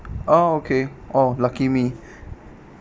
ah okay oh lucky me